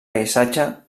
paisatge